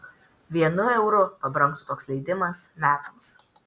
vienu euru pabrangtų toks leidimas metams